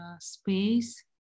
space